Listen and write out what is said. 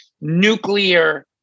nuclear